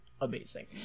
amazing